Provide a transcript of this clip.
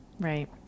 Right